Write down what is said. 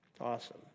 awesome